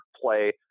play